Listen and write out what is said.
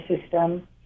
system